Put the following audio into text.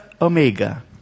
omega